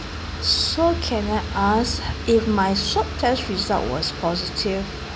so can I ask if my swab test result was positive